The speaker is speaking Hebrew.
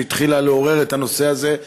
שהתחילה לעורר את הנושא הזה,